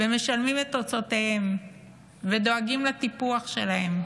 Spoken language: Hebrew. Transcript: משלמים את הוצאותיהם ודואגים לטיפוח שלהם.